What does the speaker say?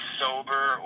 sober